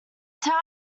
town